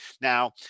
Now